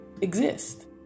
exist